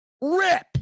rip